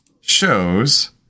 shows